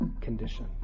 condition